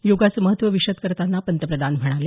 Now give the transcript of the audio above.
योगोचं महत्त्व विशद करताना पंतप्रधान म्हणाले